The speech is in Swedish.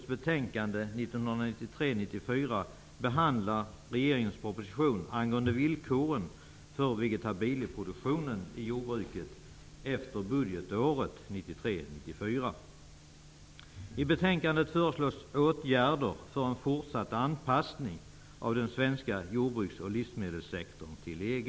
I betänkandet behandlas regeringens proposition angående villkoren för vegetabilieproduktionen i jordbruket efter budgetåret 1993/94. I betänkandet föreslås åtgärder för en fortsatt anpassning av den svenska jordbruks och livsmedelssektorn till EG.